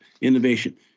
innovation